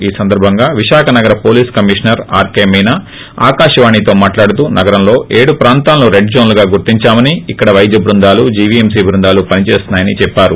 ఈ సందర్బంగా విశాఖ నగర పోలీస్ కమిషనర్ ఆర్కె మీనా ఆకాశవాణితో మాట్లాడుతూ నగరంలో ఏడు ప్రాంతాలను రెడ్జోన్లుగా గుర్తించామని ఇక్కడ పైద్య బృందాలు జీవీఎంసీ బృందాలు పని చేస్తున్నాయని చెప్పారు